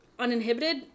uninhibited